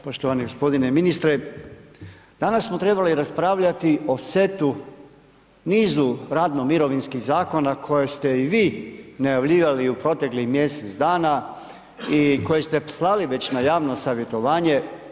Poštovani gospodine ministre, danas smo trebali raspravljati o setu, nizu radno mirovinskih zakona koje ste i vi najavljivali u proteklih mjesec dana i koje ste slali već na javno savjetovanje.